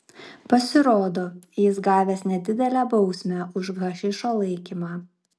pasirodo jis gavęs nedidelę bausmę už hašišo laikymą